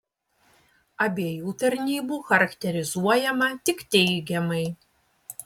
abiejų tarnybų charakterizuojama tik teigiamai